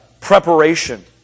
preparation